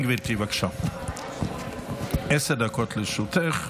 תציג את החלטת הממשלה השרה לשוויון